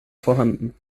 vorhanden